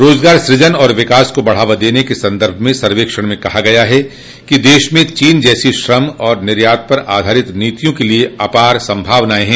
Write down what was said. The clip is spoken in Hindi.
रोजगार सृजन और विकास को बढ़ावा देने के संदर्भ में सर्वेक्षण में कहा गया है कि देश में चीन जैसी श्रम और निर्यात पर आधारित नीतियों के लिए अपार संभावनाएं हैं